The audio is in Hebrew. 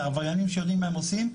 עבריינים שיודעים מה הם עושים,